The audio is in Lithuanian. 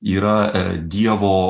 yra dievo